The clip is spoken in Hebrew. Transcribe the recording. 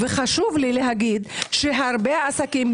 וחשוב לי להגיד שהרבה עסקים,